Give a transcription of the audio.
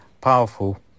powerful